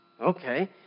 Okay